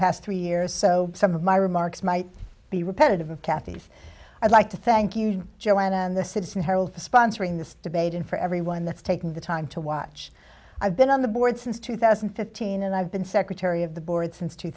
past three years so some of my remarks might be repetitive of kathy i'd like to thank you joanna and the citizen herald for sponsoring this debate and for everyone that's taking the time to watch i've been on the board since two thousand and fifteen and i've been secretary of the board since two